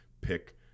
pick